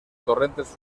torrentes